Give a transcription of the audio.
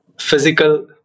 physical